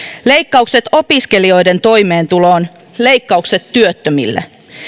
leikkaukset opiskelijoiden toimeentuloon leikkaukset työttömille